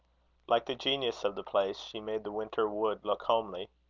like the genius of the place, she made the winter-wood look homely.